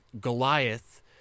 Goliath